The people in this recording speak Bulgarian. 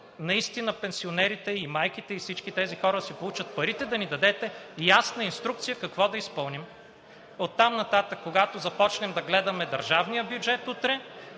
наистина пенсионерите, майките и всички тези хора да си получат парите, да ни дадете ясна инструкция какво да изпълним. Оттам нататък, когато започнем да гледаме държавния бюджет утре,